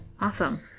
Awesome